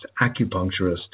acupuncturist